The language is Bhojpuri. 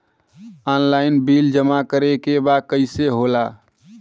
ऑनलाइन बिल जमा करे के बा कईसे होगा?